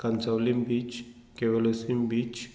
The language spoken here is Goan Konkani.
Cansaulim beach Cavelossim beach